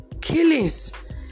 killings